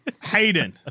Hayden